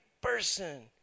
person